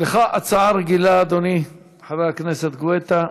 לך יש הצעה רגילה, אדוני חבר הכנסת גואטה.